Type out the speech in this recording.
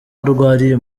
arwariye